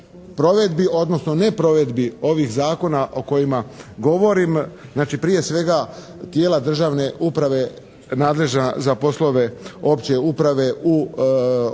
provedbi, odnosno neprovedbi ovih zakona o kojima govorim, znači prije svega tijela državne uprave nadležna za poslove opće uprave u županijama